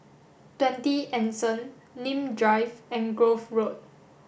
twenty Anson Nim Drive and Grove Road